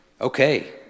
okay